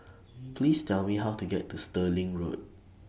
Please Tell Me How to get to Stirling Road